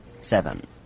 seven